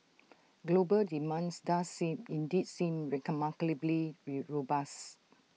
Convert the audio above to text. global demands does seem indeed seem ray robust